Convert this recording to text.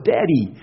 Daddy